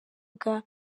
bwa